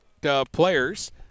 players